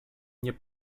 nie